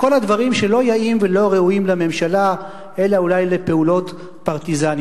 וכל הדברים שלא יאים ולא ראויים לממשלה אלא אולי לפעולות פרטיזניות.